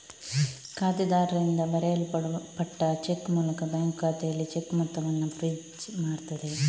ಖಾತೆದಾರರಿಂದ ಬರೆಯಲ್ಪಟ್ಟ ಚೆಕ್ ಮೂಲಕ ಬ್ಯಾಂಕು ಖಾತೆಯಲ್ಲಿ ಚೆಕ್ ಮೊತ್ತವನ್ನ ಫ್ರೀಜ್ ಮಾಡ್ತದೆ